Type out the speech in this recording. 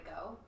go